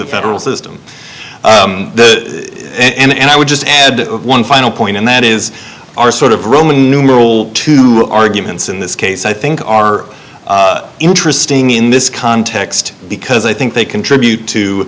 the federal system and i would just add one final point and that is are sort of roman numeral two arguments in this case i think are interesting in this context because i think they contribute to